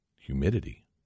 humidity